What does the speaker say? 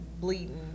bleeding